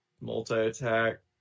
multi-attack